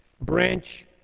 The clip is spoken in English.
Branch